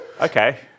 Okay